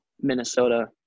Minnesota